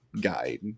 guide